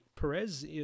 Perez